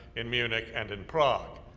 in munich and in prague.